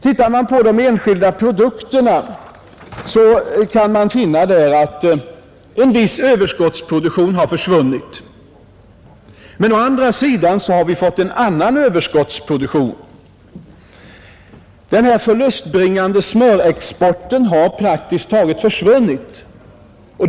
Ser man på de enskilda produkterna kan man finna att en viss överskottsproduktion har försvunnit, men å andra sidan har vi fått annan överskottsproduktion. Smöröverskottet och den förlustbringande smörexporten har praktiskt taget försvunnit.